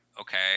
okay